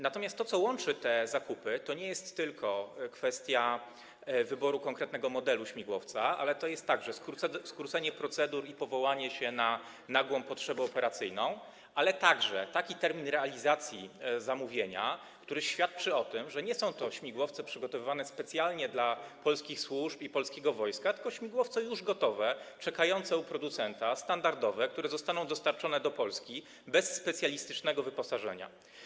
Natomiast to co łączy te zakupy, to nie jest tylko kwestia wyboru konkretnego modelu śmigłowca, ale to jest także skrócenie procedur i powołanie się na nagłą potrzebę operacyjną, a także taki termin realizacji zamówienia, który świadczy to tym, że nie są to śmigłowce przygotowywane specjalnie dla polskich służb i polskiego wojska, tylko są to śmigłowce już gotowe, czekające u producenta, standardowe, które zostaną dostarczone do Polski bez specjalistycznego wyposażenia.